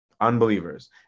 unbelievers